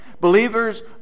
Believers